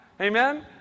Amen